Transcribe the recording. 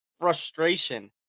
frustration